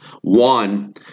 One